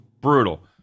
brutal